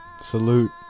Salute